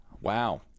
wow